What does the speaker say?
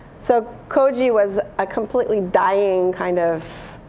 so koji was a completely dying kind of